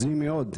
הזוי מאוד,